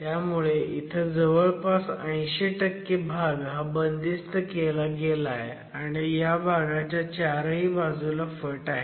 त्यामुळे इथं जवळपास 80 भाग हा बंदिस्त केला गेलाय आणि ह्या भागाच्या चारही बाजूला फट आहे